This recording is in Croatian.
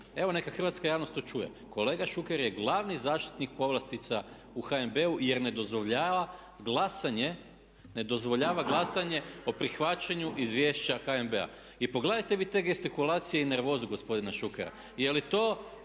Evo neka hrvatska javnost to čuje. Kolega Šuker je glavni zaštitnik povlastica u HNB-u jer ne dozvoljava glasanje, ne dozvoljava glasanje o prihvaćanju izvješća HNB-a. I pogledajte vi te gestikulacije i nervozu gospodina Šukera.